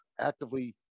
actively